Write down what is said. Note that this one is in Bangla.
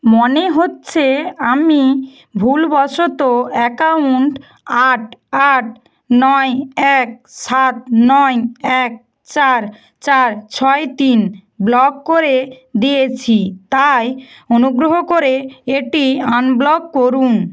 মনে হচ্ছে আমি ভুলবশত অ্যাকাউন্ট আট আট নয় এক সাত নয় এক চার চার ছয় তিন ব্লক করে দিয়েছি তাই অনুগ্রহ করে এটি আনব্লক করুন